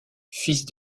fils